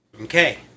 Okay